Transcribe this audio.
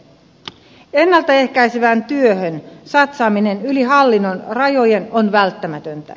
ennalta ehkäisevään työhön satsaaminen yli hallinnon rajojen on välttämätöntä